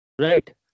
right